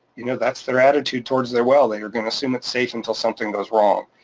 you know that's their attitude towards their well. they're gonna assume it's safe until something goes wrong.